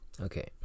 Okay